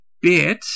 bit